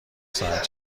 ساعت